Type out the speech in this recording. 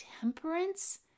temperance